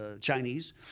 Chinese